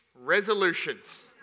resolutions